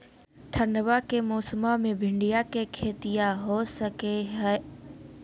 ठंडबा के मौसमा मे भिंडया के खेतीया हो सकये है?